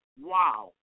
Wow